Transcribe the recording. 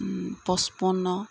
পচপন্ন